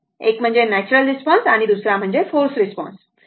एक म्हणजे natural response आणि दुसरा म्हणजे फोर्स रिस्पॉन्स आहे